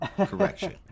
correction